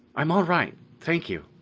i'm all right thank you!